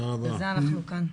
בגלל זה אנחנו כאן.